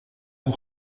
اون